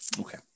Okay